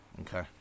Okay